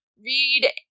read